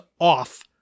off